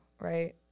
right